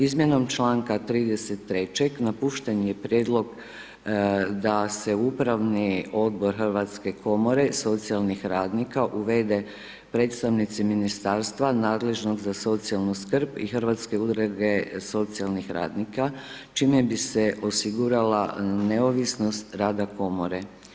Izmjenom članka 33. napušten je prijedlog da se Upravni odbor Hrvatske komore socijalnih radnika uvede predstavnici ministarstva nadležnog za socijalnu skrb i Hrvatske udruge socijalnih radnika čime bi se osigurala neovisnost rada komore.